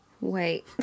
wait